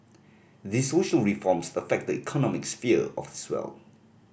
these social reforms affect the economic sphere as well